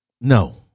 No